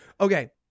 Okay